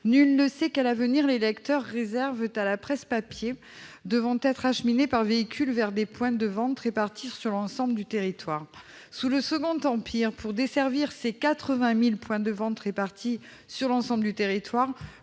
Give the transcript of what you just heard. Nul ne sait quel avenir les lecteurs réservent à la presse papier devant être acheminée par véhicules vers des points de vente répartis sur l'ensemble du territoire. Sous le Second Empire, pour desservir ses 80 000 points de vente répartis sur tout le territoire,